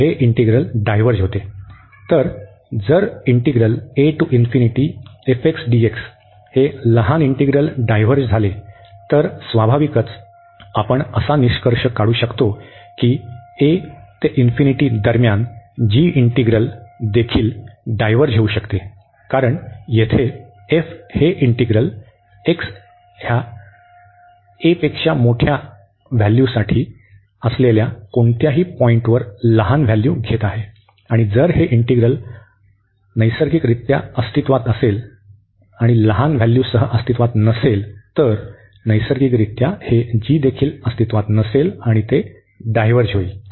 तर जर हे लहान इंटीग्रल डायव्हर्ज झाले तर स्वाभाविकच आपण असा निष्कर्ष काढू शकतो की a to दरम्यान हे इंटीग्रल देखील डायव्हर्ज होऊ शकते कारण येथे हे इंटीग्रल x a दरम्यान कोणत्याही पॉईंटवर लहान व्हॅल्यू घेत आहे आणि जर हे इंटीग्रल अस्तित्त्वात नैसर्गिकरित्या लहान व्हॅल्यूजसह अस्तित्वात नसेल तर नैसर्गिकरित्या हे g देखील अस्तित्त्वात नसेल आणि ते डायव्हर्ज होईल